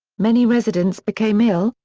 many residents became ill,